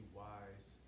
wise